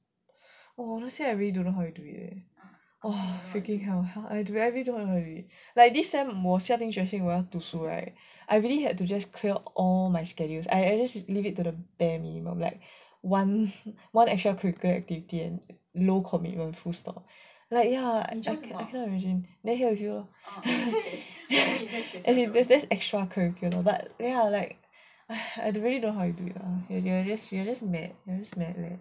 honestly I really don't know how you do it eh freaking hell hell I really don't want do already like this sem 我下定决心我要读书 right I really had to just clear all my schedules like I I just leave it to the bare minimum like one extra-curricular activity and low commitment full stop like ya as in that's extra-curricular but ya like I really don't how you do it you were you were just mad I swear